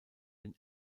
den